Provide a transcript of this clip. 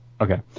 Okay